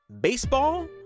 baseball